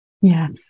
Yes